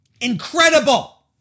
Incredible